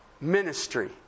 Ministry